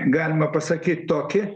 galima pasakyt tokį